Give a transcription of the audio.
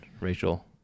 Rachel